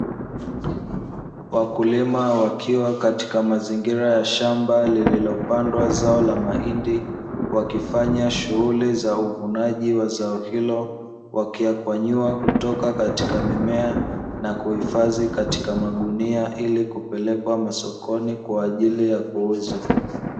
Wakulima wakiwa katika mazingira ya shamba lililopandwa zao la mahindi, wakifanya shuhuli za uvunaji wa zao hilo, wakiyakwanyua kutoka katika mimea na kuhifadhi katika magunia ili kupelekwa masokoni kwaajili ya kuuzwa.